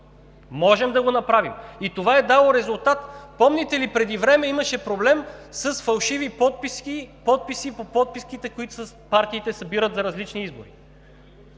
Можем да го направим. И това е дало резултат. Помните ли, преди време имаше проблем с фалшиви подписи по подписките, които партиите събират за различни избори?